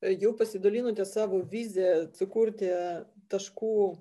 jau pasidalinote savo vizija sukurti taškų